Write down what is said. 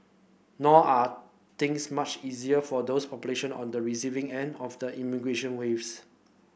nor are things much easier for those population on the receiving end of the immigration waves